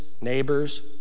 neighbors